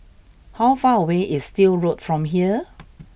how far away is Still Road from here